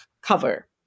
cover